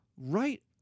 right